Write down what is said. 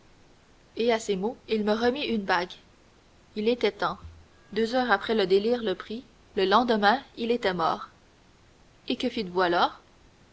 et à ces mots il me remit une bague il était temps deux heures après le délire le prit le lendemain il était mort et que fîtes-vous